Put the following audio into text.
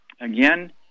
Again